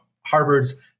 Harvard's